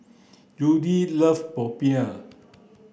Judy love Popiah